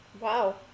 wow